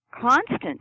constant